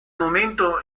momento